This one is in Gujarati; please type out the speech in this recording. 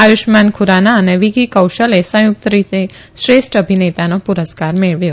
આયુષ્માન ખુરાના અને વીકી કૌશલે સંયુકત રીતે શ્રેષ્ઠ અભિનેતાનો પુરસ્કાર મેળવ્યો